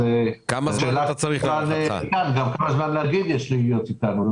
והשאלה גם כמה זמן יש לנגיד להיות איתנו.